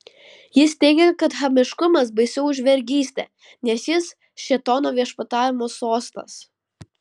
jis teigė kad chamiškumas baisiau už vergystę nes jis šėtono viešpatavimo sostas